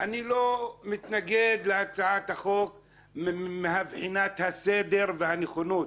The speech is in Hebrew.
לא מתנגד להצעת החוק מבחינת הסדר והנכונות.